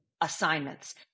assignments